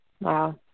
Wow